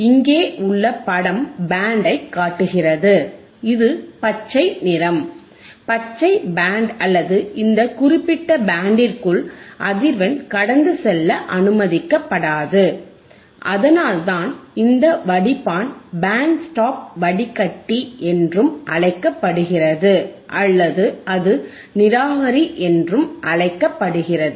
இங்கே உள்ள படம் பேண்டை காட்டுகிறது இது பச்சை நிறம் பச்சை பேண்ட் அல்லது இந்த குறிப்பிட்ட பேண்டிற்குள் அதிர்வெண் கடந்து செல்ல அனுமதிக்கப்படாது அதனால்தான் இந்த வடிப்பான் பேண்ட் ஸ்டாப் வடிகட்டி என்றும் அழைக்கப்படுகிறது அல்லது அது நிராகரி என்றும் அழைக்கப்படுகிறது